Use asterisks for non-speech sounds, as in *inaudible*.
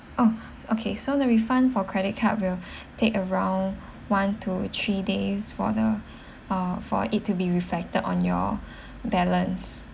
oh okay so the refund for credit card will *breath* take around one to three days for the *breath* uh for it to be reflected on your *breath* balance